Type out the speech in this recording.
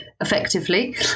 effectively